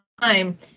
time